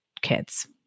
kids